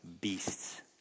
beasts